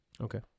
Okay